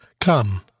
Come